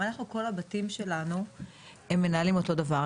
אנחנו כל הבתים שלנו הם מנהלים אותו דבר,